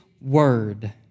word